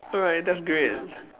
alright that's great